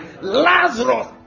Lazarus